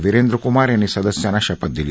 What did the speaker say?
विरेंद्र कुमार यांनी सदस्यांना शपथ दिली